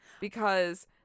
Because-